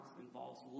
involves